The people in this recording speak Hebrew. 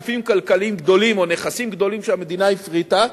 גופים כלכליים גדולים או נכסים גדולים שהמדינה הפריטה,